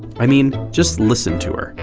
i mean, just listen to her.